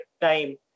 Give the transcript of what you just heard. time